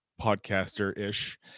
podcaster-ish